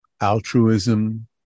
altruism